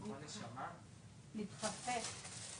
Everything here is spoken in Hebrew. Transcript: עד שלא ייפתר סכסוך